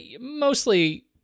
Mostly